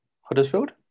Huddersfield